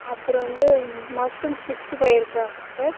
அப்புறம் வந்து mushroom sixty five இருக்கா சார்